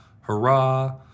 hurrah